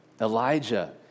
Elijah